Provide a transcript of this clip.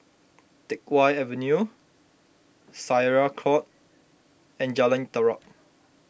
Teck Whye Avenue Syariah Court and Jalan Terap